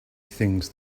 things